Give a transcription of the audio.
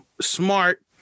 smart